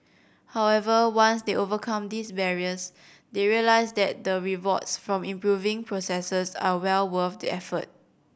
however once they overcome these barriers they realise that the rewards from improving processes are well worth the effort